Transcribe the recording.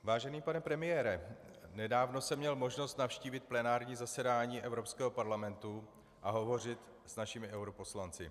Vážený pane premiére, nedávno jsem měl možnost navštívit plenární zasedání Evropského parlamentu a hovořit s našimi europoslanci.